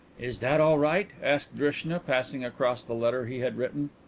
is that all right? asked drishna, passing across the letter he had written.